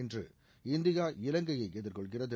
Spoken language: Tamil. இன்று இந்தியா இலங்கையை எதிர்கொள்கிறது